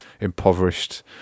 impoverished